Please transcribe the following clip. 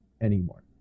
anymore